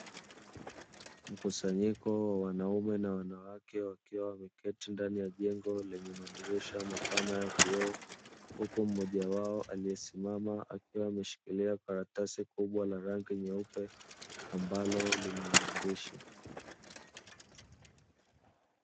Mkusanyiko wa wanaume na wanawake wakiwa wameketi ndani ya jengo lenye madirisha mapana ya vioo, huku mmoja wao aliesimama akiwa ameshikilia karatasi kubwa la rangi nyeupe ambalo lina maandishi.